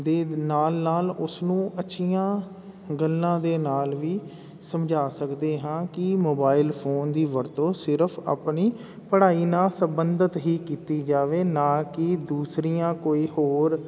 ਦੇ ਨਾਲ ਨਾਲ ਉਸ ਨੂੰ ਅੱਛੀਆਂ ਗੱਲਾਂ ਦੇ ਨਾਲ ਵੀ ਸਮਝਾ ਸਕਦੇ ਹਾਂ ਕਿ ਮੋਬਾਇਲ ਫੋਨ ਦੀ ਵਰਤੋਂ ਸਿਰਫ਼ ਆਪਣੀ ਪੜ੍ਹਾਈ ਨਾਲ ਸੰਬੰਧਤ ਹੀ ਕੀਤੀ ਜਾਵੇ ਨਾ ਕਿ ਦੂਸਰੀਆਂ ਕੋਈ ਹੋਰ